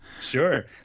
Sure